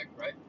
right